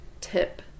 tip